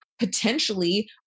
Potentially